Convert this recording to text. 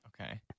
Okay